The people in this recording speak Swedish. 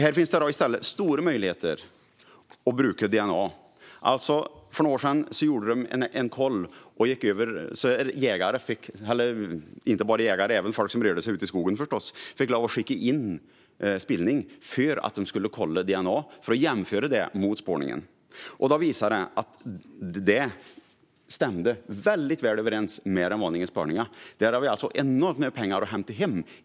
Här finns det stora möjligheter att bruka DNA. För några år sedan gjorde man en koll. Jägare och annat folk som rörde sig ute i skogen fick skicka in spillning för att man skulle kunna kolla DNA och jämföra den mot spårningen. Det resultat man fick fram stämde väldigt väl överens med den vanliga spårningen. Där har vi alltså enormt mycket pengar att hämta hem.